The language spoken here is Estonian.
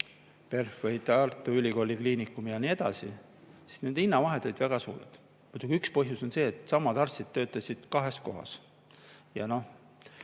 PERH või Tartu Ülikooli Kliinikum ja nii edasi –, ja siis nende hinnavahed olid väga suured. Muidugi üks põhjus on see, et samad arstid töötasid kahes kohas. Ja noh,